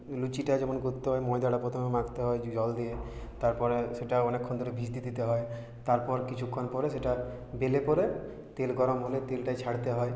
লুচিটা যেমন করতে হবে ময়দাটা প্রথমে মাখতে হয় জল দিয়ে তারপরে সেটা অনেকক্ষণ ধরে ভিজতে দিতে হয় তারপর কিছুক্ষণ পরে সেটা বেলে পরে তেল গরম হলে তেলটা ছাড়তে হয়